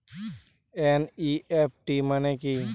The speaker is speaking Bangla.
এন.ই.এফ.টি মনে কি?